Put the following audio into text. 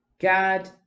God